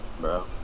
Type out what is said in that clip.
Bro